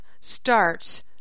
starts